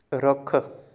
ਰੁੱਖ